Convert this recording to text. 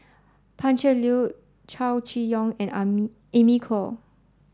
Pan Cheng Lui Chow Chee Yong and Amy Khor